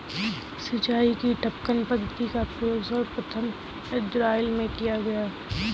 सिंचाई की टपकन पद्धति का प्रयोग सर्वप्रथम इज़राइल में किया गया